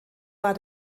war